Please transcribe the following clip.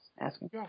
asking